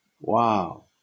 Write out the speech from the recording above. wow